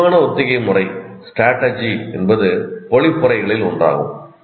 விரிவான ஒத்திகை முறைஸ்ட்ராட்டஜி என்பது பொழிப்புரைகளில் ஒன்றாகும்